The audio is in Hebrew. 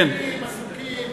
העניים עסוקים